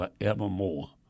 forevermore